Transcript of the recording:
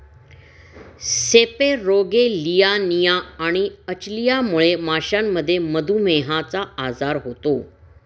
सेपेरोगेलियानिया आणि अचलियामुळे माशांमध्ये मधुमेहचा आजार होतो